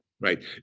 right